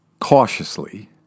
Cautiously